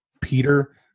Peter